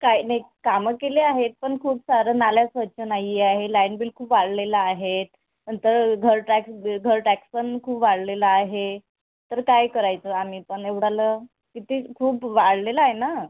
काय नाही कामं केले आहेत पण खूप सारं नाल्या स्वच्छ नाही आहे लाईन बिल खूप वाढलेलं आहेत नंतर घर टॅक्स घर टॅक्स पण खूप वाढलेलं आहे तर काय करायचं आम्ही पण एवढालं किती खूप वाढलेलं आहे ना